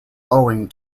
owing